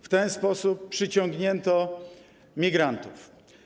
W ten sposób przyciągnięto migrantów.